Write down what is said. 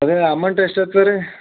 ಅದೇ ಅಮೌಂಟ್ ಎಷ್ಟು ಆತದ ರೀ